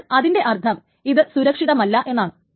അപ്പോൾ അതിന്റെ അർത്ഥം ഇത് സുരക്ഷിതമല്ല എന്നാണ്